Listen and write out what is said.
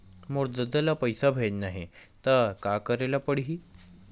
मोर ददा ल पईसा भेजना हे त का करे ल पड़हि?